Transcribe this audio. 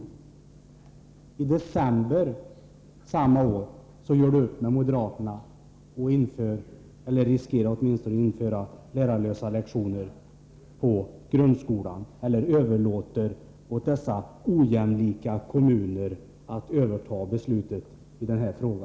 I december samma år gjorde ni upp med moderaterna och införde — eller åtminstone riskerade att införa — lärarlösa lektioner i grundskolan, eller överlät åt dessa ojämlika kommuner att besluta i denna fråga.